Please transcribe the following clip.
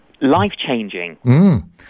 life-changing